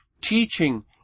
teaching